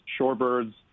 shorebirds